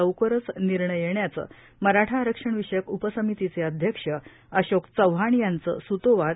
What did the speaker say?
लवकरच निर्णय येण्याचे मराठा आरक्षण विषयक उपसमितीचे अध्यक्ष अशोक चव्हाण यांचं स्तोवाच